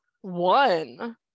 One